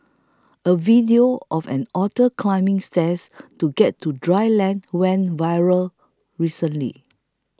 a video of an otter climbing stairs to get to dry land went viral recently